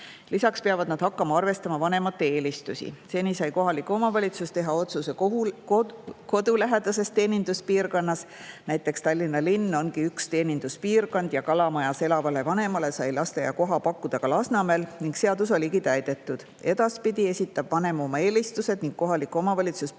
Lisaks peavad nad hakkama arvestama vanemate eelistusi. Seni sai kohalik omavalitsus teha otsuse kodulähedases teeninduspiirkonnas. Näiteks Tallinna linn ongi üks teeninduspiirkond ja Kalamajas elavale vanemale sai lasteaiakoha pakkuda ka Lasnamäel ning seadus oligi täidetud. Edaspidi esitab vanem oma eelistused ning kohalik omavalitsus peab